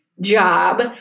job